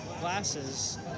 glasses